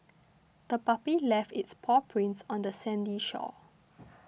the puppy left its paw prints on the sandy shore